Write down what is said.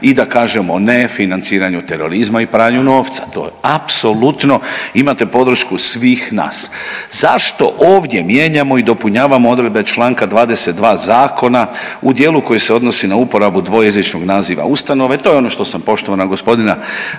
i da kažemo ne financiranju terorizma i pranju novca, to apsolutno imate podršku svih nas, zašto ovdje mijenjamo i dopunjavamo odredbe čl. 22. zakona u dijelu koji se odnosi na uporabu dvojezičnog naziva ustanove, to je ono što sam poštovanog gospodina